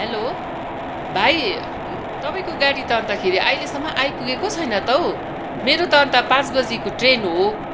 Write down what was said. hello भाइ तपाईँको गाडी त अन्तखेरि अहिलेसम्म आइपुगेको छैन त हौ मेरो त अन्त पाँचबजीको ट्रेन हो